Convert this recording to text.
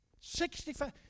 Sixty-five